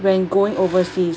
when going overseas